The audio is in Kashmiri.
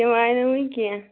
تِم آیہِ نہٕ وُنہِ کیٚنٛہہ